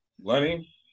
Lenny